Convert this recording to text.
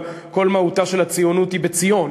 אבל כל מהותה של הציונות היא ציון,